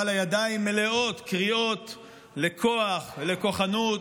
אבל הידיים מלאות קריאות לכוח, לכוחנות.